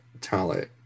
talent